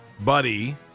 buddy